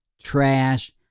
trash